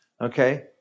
Okay